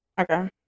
Okay